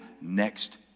next